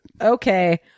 Okay